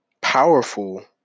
powerful